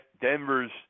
Denver's